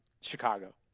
Chicago